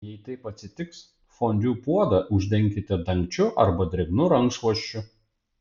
jei taip atsitiks fondiu puodą uždenkite dangčiu arba drėgnu rankšluosčiu